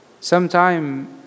Sometime